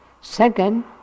Second